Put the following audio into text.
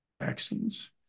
vaccines